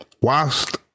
whilst